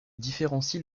différencie